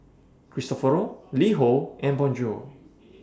Cristofori LiHo and Bonjour